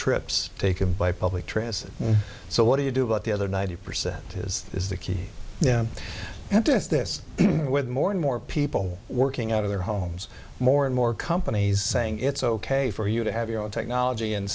trips taken by public transit so what do you do about the other ninety percent is is the key yeah and is this with more and more people working out of their homes more and more companies saying it's ok for you to have your own technology and